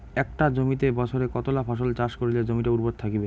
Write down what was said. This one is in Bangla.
একটা জমিত বছরে কতলা ফসল চাষ করিলে জমিটা উর্বর থাকিবে?